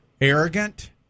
arrogant